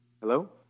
Hello